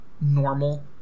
normal